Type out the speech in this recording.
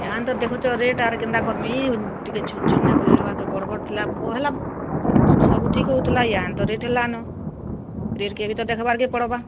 ଇହାଦେ ତ ଦେଖୁଛ ରେଟ୍ ଆର୍ କେନ୍ତା କର୍ମି ଟିକେ ଛୋଟ୍ ଛୋଟ୍ ନାଇଁ କଲେ ହେବାକେ ବଡ଼ ବଡ଼ ଥିଲା ପହେଲା ସବୁ ଠିକ୍ ହେଉଥିଲା ଇହାଦେ ତ ରେଟ୍ ହେଲାନ ରେଟ୍ କେ ବି ତ ଦେଖ୍ବାର୍କେ ପଡ଼୍ବା